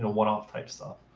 one-off type stuff.